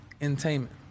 entertainment